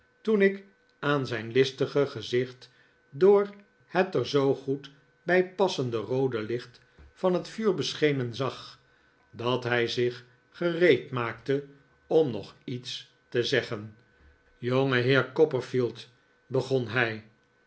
toen ik aan zijn listige gezicht door het er zoo goed bj passende roode licht van t vuur beschenen zag dat hij zich gereedmaakte om nog iets te zeggen jongeheer copperfield begon hij